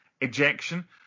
ejection